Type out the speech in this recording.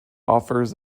offers